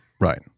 Right